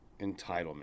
entitlement